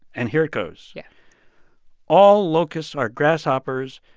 and here it goes yeah all locusts are grasshoppers,